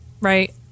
right